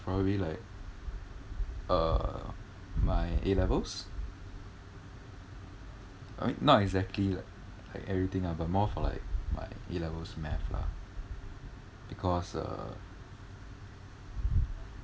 probably like uh my A levels I mean not exactly like like everything lah but more for like my A levels math lah because uh